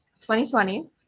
2020